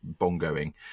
bongoing